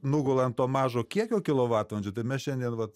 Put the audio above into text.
nugula ant to mažo kiekio kilovatvalandžių tai mes šiandien vat